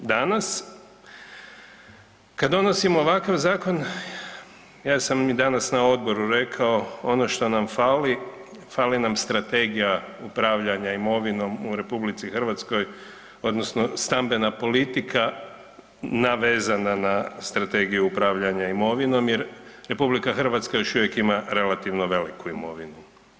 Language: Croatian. Danas kad donosimo ovakav zakon, ja sam i danas na odboru rekao, ono što nam fali, fali nam strategija upravljanja imovinom u RH, odnosno stambena politika navezana na strategiju upravljanja imovinom jer RH još uvijek ima relativno veliku imovinu.